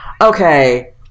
Okay